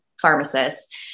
pharmacists